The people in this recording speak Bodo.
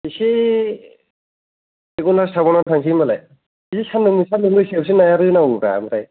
इसे एक घण्टासो थाबावनानै थांनोसै होमबालाय सान्दुं गोसानो बिदि सान्दुं गोसायावसो नाया रोनावोब्रा ओमफ्राय